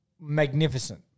Magnificent